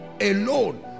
alone